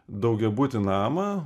daugiabutį namą